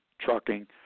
trucking